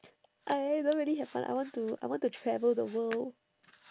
I don't really have one I want to I want to travel the world